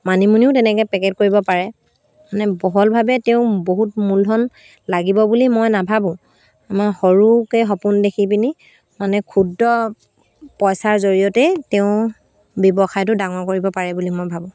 মানিমুনিও তেনেকে পেকেট কৰিব পাৰে মানে বহলভাৱে তেওঁ বহুত মূলধন লাগিব বুলি মই নাভাবোঁ মই সৰুকে সপোন দেখি পিনি মানে ক্ষুদ্ৰ পইচাৰ জৰিয়তেই তেওঁ ব্যৱসায়টো ডাঙৰ কৰিব পাৰে বুলি মই ভাবোঁ